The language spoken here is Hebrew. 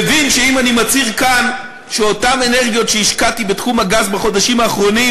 מבין שאם אני מצהיר כאן שאותן אנרגיות שהשקעתי בתחום הגז בחודשים האחרונים